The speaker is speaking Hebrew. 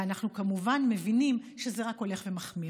ואנחנו כמובן מבינים שזה רק הולך ומחמיר.